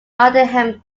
nottingham